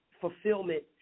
fulfillment